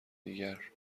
دیگر